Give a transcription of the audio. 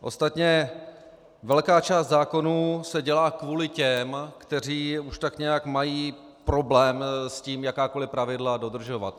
Ostatně velká část zákonů se dělá kvůli těm, kteří už tak nějak mají problém s tím jakákoliv pravidla dodržovat.